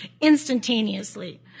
instantaneously